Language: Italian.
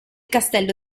castello